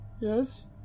Yes